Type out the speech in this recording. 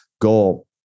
goal